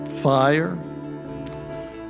Fire